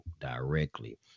directly